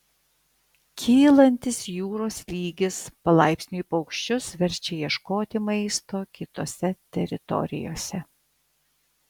kylantis jūros lygis palaipsniui paukščius verčia ieškoti maisto kitose teritorijose